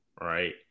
right